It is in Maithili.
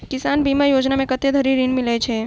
किसान बीमा योजना मे कत्ते धरि ऋण मिलय छै?